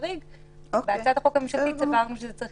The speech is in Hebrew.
בהצעת החוק הממשלתית שזה יהיה